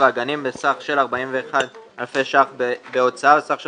והגנים בסך של 41,000 אלפי ש"ח בהוצאה ובסך של